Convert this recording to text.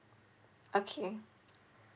okay